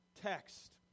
text